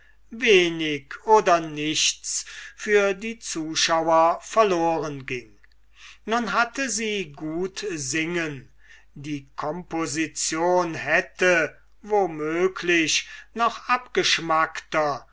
wenig oder nichts für die zuschauer verloren ging nun hatte sie gut singen die composition hätte wo möglich noch abgeschmackter